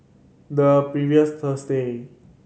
the previous Thursday